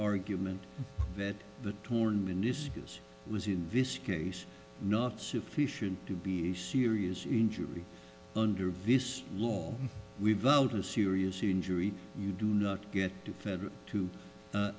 argument that the torn meniscus was in this case not sufficient to be a serious injury under this law we voted a serious injury you do not get fed to